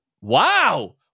wow